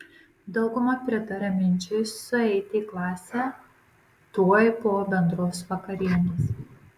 dauguma pritaria minčiai sueiti į klasę tuoj po bendros vakarienės